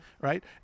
right